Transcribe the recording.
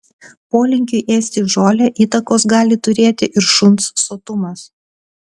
polinkiui ėsti žolę įtakos gali turėti ir šuns sotumas